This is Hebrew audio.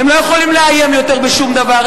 הם לא יכולים לאיים יותר בשום דבר,